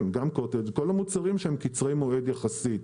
כל המוצרים שהם קצרי מועד יחסית.